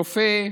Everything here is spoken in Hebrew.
רופא,